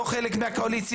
לא חלק מהקואליציה.